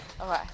Okay